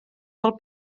del